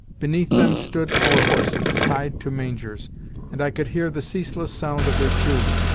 beneath them stood our horses, tied to mangers and i could hear the ceaseless sound of their chewing.